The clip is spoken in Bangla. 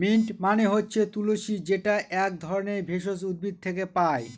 মিন্ট মানে হচ্ছে তুলশী যেটা এক ধরনের ভেষজ উদ্ভিদ থেকে পায়